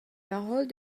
paroles